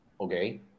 okay